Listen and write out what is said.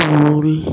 ᱩᱞ